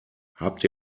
habt